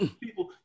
People